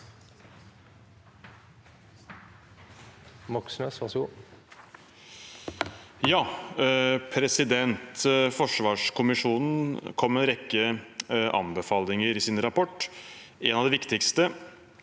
Forsvarskommisjo- nen kom med en rekke anbefalinger i sin rapport. En av de viktigste,